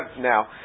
now